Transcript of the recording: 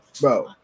bro